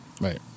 Right